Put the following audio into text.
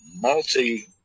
multi